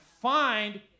find